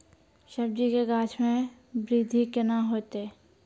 सब्जी के गाछ मे बृद्धि कैना होतै?